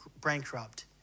bankrupt